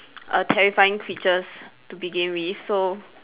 err terrifying creatures to begin with so